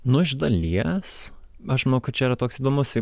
nu iš dalies aš manau kad čia yra toks įdomus